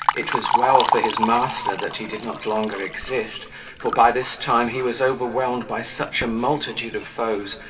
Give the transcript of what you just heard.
it was well for his master that he did not longer exist for by this time he was overwhelmed by such a multitude of foes,